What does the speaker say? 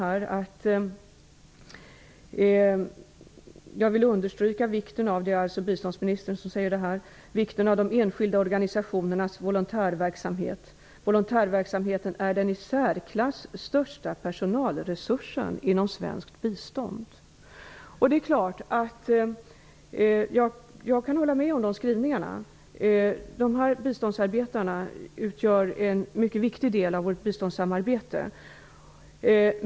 Där står det så här: ''I detta sammanhang vill regeringen även understryka vikten av de enskilda organisationernas volontärverksamhet. Volontärverksamheten är den i särklass största personalresursen inom svenskt bistånd.'' Jag kan hålla med om detta. Dessa biståndsarbetare utgör en mycket viktig del av vårt biståndssamarbete.